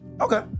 okay